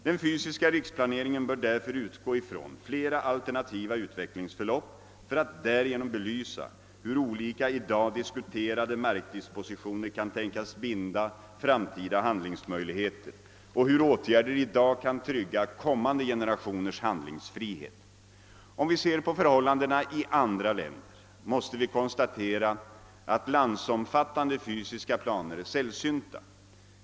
Den fysiska riksplaneringen bör därför utgå ifrån flera alternativa utvecklingsförlopp för att därigenom belysa hur olika i dag diskuterade markdispositioner kan tänkas binda framtida handlingsmöjligheter och hur åtgärder i dag kan trygga kommande generationers handlingsfrihet. Om vi ser på förhållandena i andra länder måste vi konstatera att landsomfattande fysiska planer är sällsynta.